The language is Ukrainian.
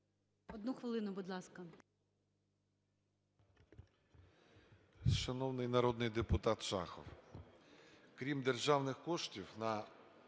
Одна хвилина, будь ласка.